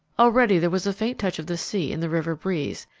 already there was a faint touch of the sea in the river breeze,